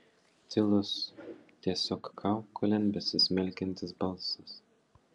tylus tiesiog kaukolėn besismelkiantis balsas